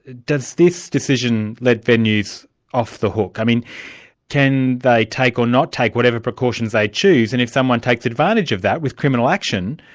does this decision let venues off the hook? i mean can they take, or not take whatever precautions they choose, and if someone takes advantages of that with criminal action,